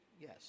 Yes